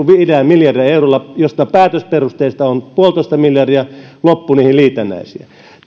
viidellä miljardilla eurolla josta päätösperusteista on yksi pilkku viisi miljardia loppu niihin liitännäisiä